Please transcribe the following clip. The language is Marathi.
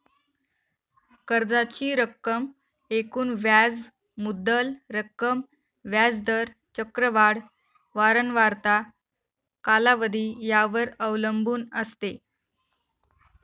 कर्जाची रक्कम एकूण व्याज मुद्दल रक्कम, व्याज दर, चक्रवाढ वारंवारता, कालावधी यावर अवलंबून असते